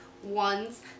ones